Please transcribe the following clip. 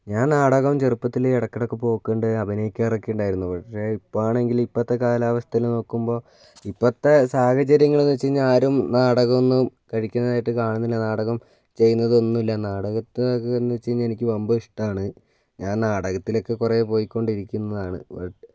ഞാൻ നാടകം ചെറുപ്പത്തിൽ ഇടയ്ക്കിടയ്ക്ക് പോക്കുണ്ട് അഭിനയിക്കാറൊക്കെ ഉണ്ടായിരുന്നു പക്ഷേ ഇപ്പോഴാണെങ്കിൽ ഇപ്പോഴത്തെ കാലാവസ്ഥയിൽ നോക്കുമ്പോൾ ഇപ്പോഴത്തെ സാഹചര്യങ്ങളെന്നു വച്ചു കഴിഞ്ഞാൽ ആരും നാടകമൊന്നും കഴിക്കുന്നതായിട്ട് കാണുന്നില്ല നാടകം ചെയ്യുന്നതും ഇല്ല നാടകത്ത് ആകെ എന്നു വച്ചു കഴിഞ്ഞാൽ എനിക്ക് വമ്പൻ ഇഷ്ടമാണ് ഞാൻ നാടകത്തിലൊക്കെ കുറേ പോയി കൊണ്ടിരിക്കുന്നതാണ് ബട്ട്